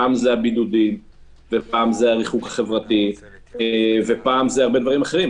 פעם בשל בידוד ופעם בשל הריחוק החברתי ופעם בשל כל מיני דברים אחרים.